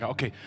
Okay